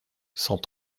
cent